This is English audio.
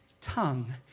tongue